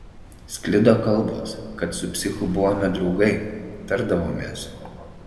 sklido kalbos kad su psichu buvome draugai tardavomės